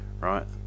right